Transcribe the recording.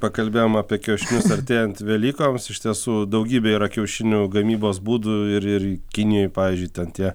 pakalbėjom apie kiaušinius artėjant velykoms iš tiesų daugybė yra kiaušinių gamybos būdų ir ir kinijoj pavyzdžiui ten tie